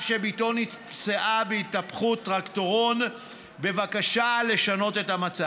שבתו נפצעה בהתהפכות טרקטורון בבקשה לשנות את המצב.